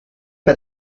pas